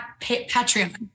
Patreon